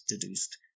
deduced